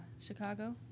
Chicago